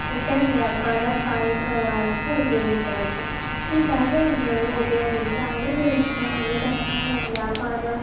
ఇతర వ్యాపార కార్యక్రమాలకు ఉపయోగించవచ్చు ఈ సహజ వనరులు ఉపయోగించి ఆంధ్రప్రదేశ్లో అనేక రకాల వ్యాపార